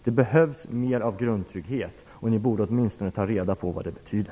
Det behövs mer av grundtrygghet, och ni borde åtminstone ta reda på vad det betyder.